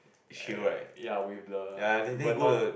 y~ ya with the with the non